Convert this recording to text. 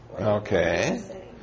Okay